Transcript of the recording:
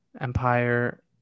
Empire